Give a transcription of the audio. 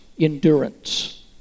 Endurance